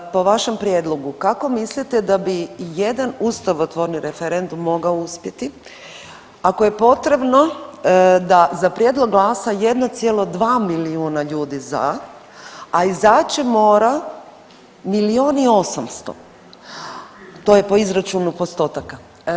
Po vašem prijedlogu kako mislite da bi jedan ustavotvorni referendum moga uspjeti ako je potrebno da za prijedlog glasa 1,2 milijuna ljudi za, a izaći mora milion i 800, to je po izračunu postotaka.